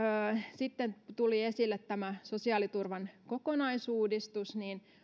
sitten tuli esille tämä sosiaaliturvan kokonaisuudistus